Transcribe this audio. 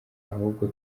ahubwo